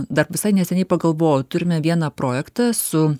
dar visai neseniai pagalvojau turime vieną projektą su